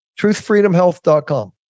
Truthfreedomhealth.com